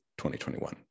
2021